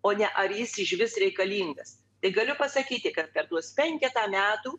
o ne ar jis išvis reikalingas tik galiu pasakyti kad per tuos penketą metų